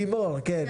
לימור, כן.